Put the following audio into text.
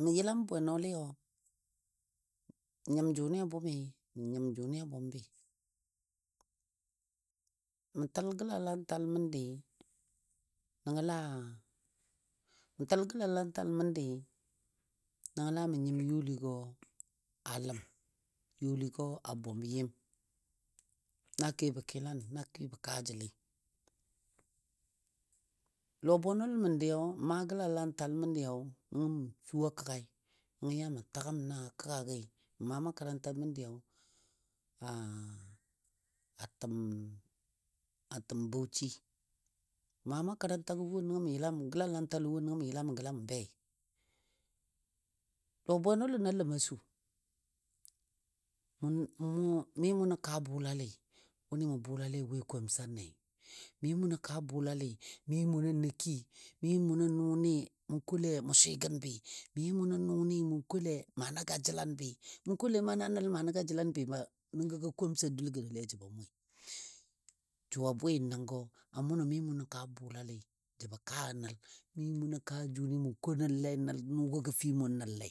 Mə yəlam bwenɔli nyim jʊnɨ a bʊmi nyim jʊnɨ a bʊmbi. Mə təl gəlalantal məndi nəngɔ laa, mə təl gəlalantal məndi nəngo la mə nyim youligɔ a ləm youligɔ a bʊm yɨm, na kebɔ kilan na kebo kaa jəli. Lɔ bwenɔlən məndiyo mə maa gəlalantal məndi nəngo mə su a kəggai nəngɔ yɔ mə tagəm na kəggi, mə maa makaranta məndiyo a a təm Bauchi. Mə maa makarantagɔ wo nəngɔ mə yəlamə gəlalantalo wo nəngɔ mə yəla mə gəla mə bei. Lɔ bwenɔlən a ləma su mʊ mʊ mi mʊ nən kaa bʊlali wʊnɨ mʊ bʊlale we komsane, mi mʊ nə kaa bʊlali, mi mʊ nən nə kii, mi mʊ nə nʊnɨ mʊ kole mʊ swɨgəni bi, mi mʊ nə nʊnɨ mʊ kole mana ga jəlanbɨ. Mʊ kole ma na nəl mana ga jəlanbɨ maa nəngɔ komsa dul gənɔ jəbɔ moi. Jʊ a bwɨ nəngɔ a munɔ mi mʊ nə kaa bʊlali jəbɔ kaa nal, mi mʊ nə kaa jʊnɨ mʊ ko nalle nən nʊgɔ gə fii mʊn nəlle